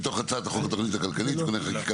מתוך הצעת החוק התכנית הכלכלית (תיקוני חקיקה